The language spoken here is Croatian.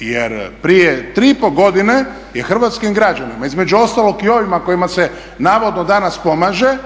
Jer prije 3,5 godine je hrvatskim građanima, između ostalog i ovima kojima se navodno danas pomaže,